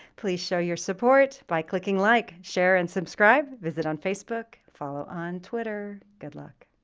please show your support by clicking like. share and subscribe. visit on facebook. follow on twitter. good luck.